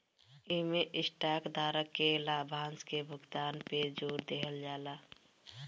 इमें स्टॉक धारक के लाभांश के भुगतान पे जोर देहल जाला